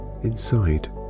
inside